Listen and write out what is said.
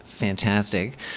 fantastic